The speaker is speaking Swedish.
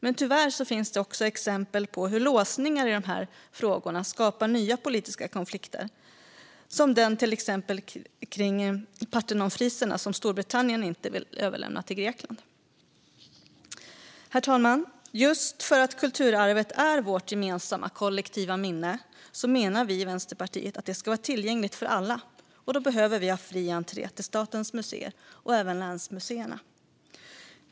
Men tyvärr finns det också exempel på hur låsningar i dessa frågor skapar nya politiska konflikter, som till exempel den kring Parthenonfriserna som Storbritannien inte vill överlämna till Grekland. Herr talman! Just för att kulturarvet är vårt gemensamma, kollektiva minne menar vi i Vänsterpartiet att det ska vara tillgängligt för alla. Därför behöver det vara fri entré till statens museer och även till länsmuseerna.